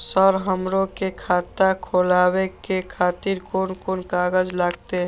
Sir हमरो के खाता खोलावे के खातिर कोन कोन कागज लागते?